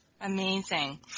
Amazing